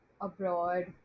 abroad